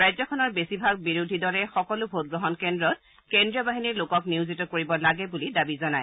ৰাজ্যখনৰ বেছিভাগ বিৰোধী দলে সকলো ভোটগ্ৰহণ কেন্দ্ৰীয় কেন্দ্ৰীয় বাহিনীৰ লোকক নিয়োজিত কৰিব লাগে বুলি দাবী জনায়